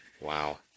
Wow